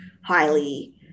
highly